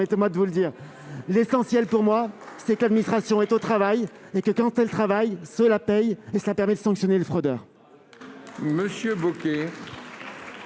L'essentiel, pour moi, c'est que l'administration est au travail et que, quand elle travaille, cela paie et permet de sanctionner les fraudeurs.